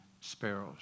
sparrows